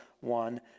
one